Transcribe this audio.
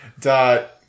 dot